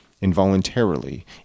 involuntarily